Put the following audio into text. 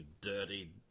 dirty